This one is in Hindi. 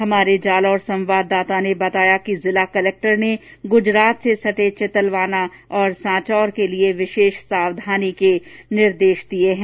हमारे जालौर संवाददाता ने बताया कि जिला कलेक्टर र्न गुजरात से सटे चित्तलवाना और सांचौर के लिए विशेष सावधानी के निर्देश दिये हैं